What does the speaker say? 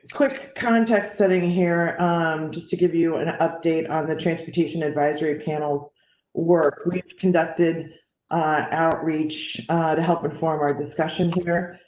quick context sitting here just to give you an update on the transportation advisory panels work. we've conducted outreach to help inform our discussion. here.